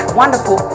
wonderful